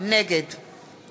נגד